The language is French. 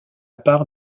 part